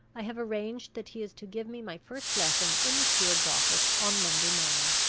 i have arranged that he is to give me my first lesson in the steward's office on monday morning.